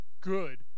good